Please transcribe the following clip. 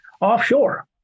offshore